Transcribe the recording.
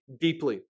deeply